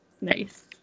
Nice